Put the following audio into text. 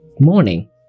Morning